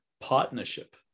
partnership